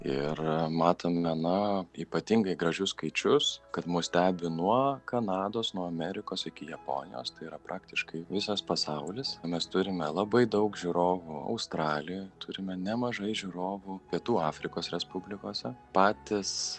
ir matome na ypatingai gražius skaičius kad mus stebi nuo kanados nuo amerikos iki japonijos tai yra praktiškai visas pasaulis mes turime labai daug žiūrovų australijoj turime nemažai žiūrovų pietų afrikos respublikose patys